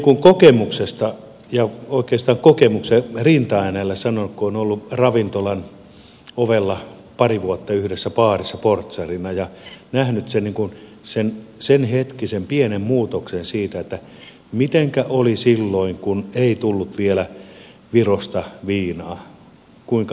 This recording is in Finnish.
voin kokemuksesta ja oikeastaan kokemuksen rintaäänellä puhua kun olen ollut ravintolan ovella pari vuotta yhdessä baarissa portsarina ja nähnyt senhetkisen pienen muutoksen siitä mitenkä oli silloin kun ei tullut vielä virosta viinaa kuinka ihmiset käyttäytyivät